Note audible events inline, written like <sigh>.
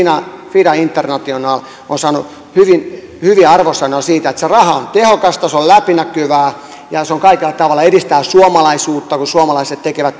fida international on saanut hyviä arvosanoja siitä että se raha on tehokasta se on läpinäkyvää ja se kaikella tavalla edistää suomalaisuutta kun suomalaiset tekevät <unintelligible>